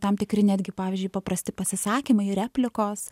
tam tikri netgi pavyzdžiui paprasti pasisakymai replikos